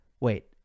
wait